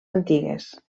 antigues